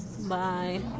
bye